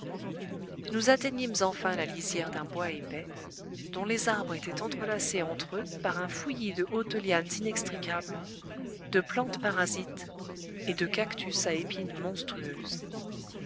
nous atteignîmes enfin la lisière d'un bois épais dont les arbres étaient entrelacés entre eux par un fouillis de hautes lianes inextricables de plantes parasites et de cactus à épines monstrueuses